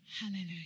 Hallelujah